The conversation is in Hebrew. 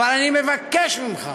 אבל אני מבקש ממך